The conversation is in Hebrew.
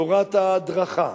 תורת ההדרכה,